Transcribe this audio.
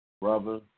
brother